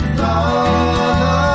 love